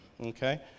okay